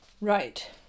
right